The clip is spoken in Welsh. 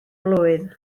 blwydd